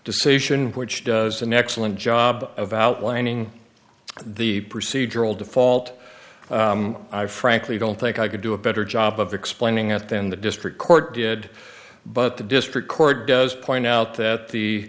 decision which does an excellent job of outlining the procedural default i frankly don't think i could do a better job of explaining at than the district court did but the district court does point out that the